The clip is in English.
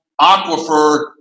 aquifer